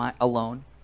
alone